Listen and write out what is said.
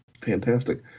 fantastic